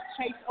Chase